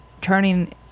turning